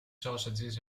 sausages